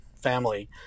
family